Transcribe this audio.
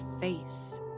face